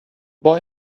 boy